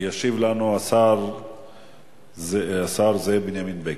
ישיב לנו השר זאב בנימין בגין.